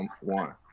one